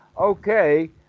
okay